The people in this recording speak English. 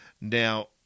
Now